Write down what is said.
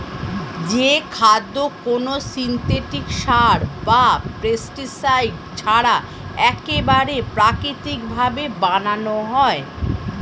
যে খাদ্য কোনো সিনথেটিক সার বা পেস্টিসাইড ছাড়া একবারে প্রাকৃতিক ভাবে বানানো হয়